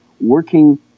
working